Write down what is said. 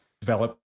develop